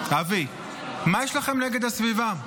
אבי, מה יש לכם נגד הסביבה?